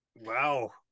Wow